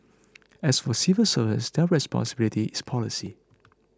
as for civil servants their responsibility is policy